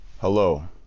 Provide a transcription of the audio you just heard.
Hello